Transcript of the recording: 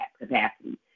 capacity